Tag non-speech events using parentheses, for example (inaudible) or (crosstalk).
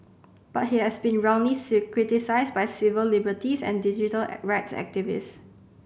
but he has been roundly (unintelligible) criticised by civil liberties and digital rights activists